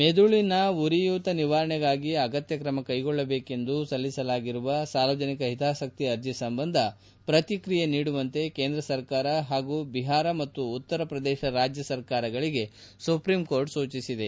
ಮೆದುಳಿನ ಉರಿಯೂತ ನಿವಾರಣೆಗಾಗಿ ಅಗತ್ಯ ಕ್ರಮ ಕ್ಲೆಗೊಳ್ಳಬೇಕೆಂದು ಸಲ್ಲಿಸಲಾಗಿರುವ ಸಾರ್ವಜನಿಕ ಹಿತಾಸಕ್ತಿ ಅರ್ಜಿ ಸಂಬಂಧ ಪ್ರಕ್ರಿಯೆ ನೀಡುವಂತೆ ಕೇಂದ್ರ ಸರ್ಕಾರ ಹಾಗೂ ಬಿಹಾರ ಮತ್ತು ಉತ್ತರ ಪ್ರದೇಶ ರಾಜ್ಯ ಸರ್ಕಾರಗಳಿಗೆ ಸುಪ್ರಿಂಕೋರ್ಟ್ ಸೂಚಿಸಿದೆ